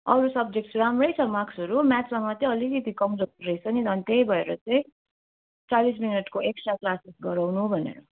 अरू सब्जेक्ट्स राम्रै छ माक्सहरू म्याचमा मात्रै अलिकति कमजोरी रहेछ नि त अनि त्यही भएर चैँ चालिस मिनेटको एक्सट्रा क्लासेस गराउनु भनेर